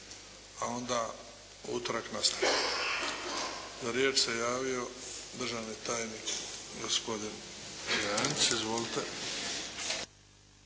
a onda u utorak nastavljamo. Za riječ se javio državni tajnik gospodin Janjić. Izvolite.